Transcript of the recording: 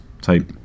type